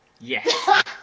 Yes